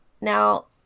Now